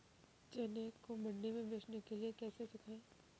चने को मंडी में बेचने के लिए कैसे सुखाएँ?